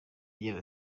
agira